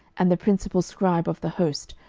and the principal scribe of the host,